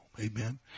amen